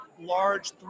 large